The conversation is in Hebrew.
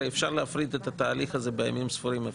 הרי אפשר להפריד את התהליך הזה בימים ספורים.